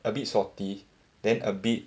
a bit salty then a bit